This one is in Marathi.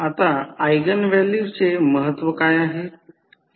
आता ऎगेन व्हॅल्यूचे महत्त्व काय आहे